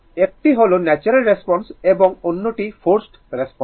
একটি হল natural response এবং অন্যটি ফোর্সড রেসপন্স